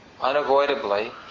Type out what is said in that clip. unavoidably